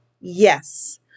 Yes